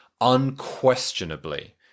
unquestionably